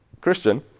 Christian